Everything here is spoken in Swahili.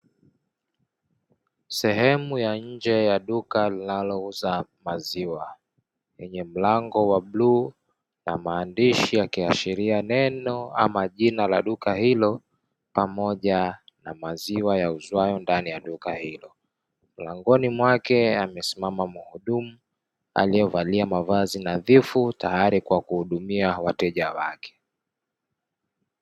Sehemu ya nje ya duka linalouza maziwa lenye mlango wa bluu na maandishi yakiashiria neno ama jina la duka hilo pamoja na maziwa yauzwayo ndani ya duka hilo. Mlangoni mwake amesimama mhudumu aliyevalia mavazi nadhifu tayari kwa kuhudumia wateja wake.